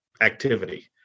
activity